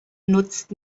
nutzt